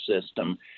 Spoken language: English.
System